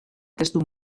testu